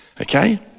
Okay